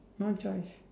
no choice